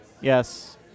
Yes